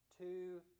two